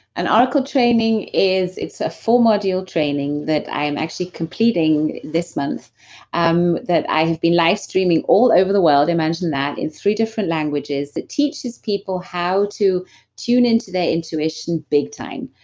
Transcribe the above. an oracle training is it's a full module training that i am actually completing this month um that i have been live steaming all over the world. i mentioned that in three different languages that teaches people how to tune in to their intuition big time.